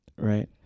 right